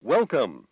Welcome